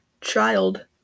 child